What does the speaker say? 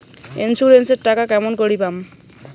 Insurance এর টাকা কেমন করি পাম?